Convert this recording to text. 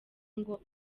ngo